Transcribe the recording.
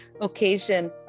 occasion